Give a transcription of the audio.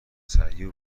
سریع